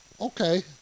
okay